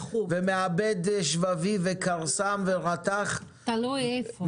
ומעבד שבבים וכרסם ורתך --- תלוי איפה.